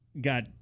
got